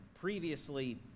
previously